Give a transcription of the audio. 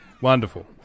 Wonderful